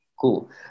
Cool